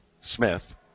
Smith